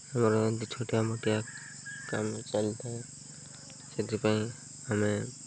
ଆମର ଏମିତି ଛୋଟିଆ ମୋଟିଆ କାମ ଚାଲିଥାଏ ସେଥିପାଇଁ ଆମେ